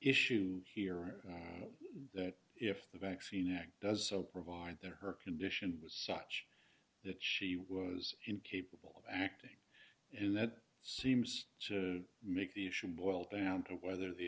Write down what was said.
issue here that if the vaccine act does provide there her condition was such that she was incapable of acting and that seems to make the issue boil down to whether the